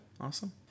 awesome